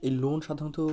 এই লোন সাধারণত